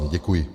Děkuji.